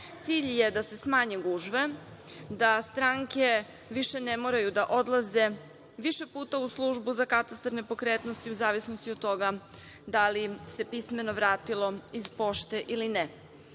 Cilj je da se smanje gužve, da stranke više ne moraju da odlaze više puta u službu za katastar nepokretnosti, u zavisnosti od toga da li se pismeno vratilo iz pošte ili ne.